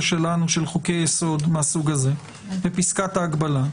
שלנו של חוקי-יסוד מהסוג הזה בפסקת ההגבלה,